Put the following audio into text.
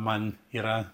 man yra